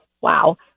wow